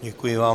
Děkuji vám.